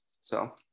so-